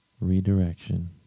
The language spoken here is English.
redirection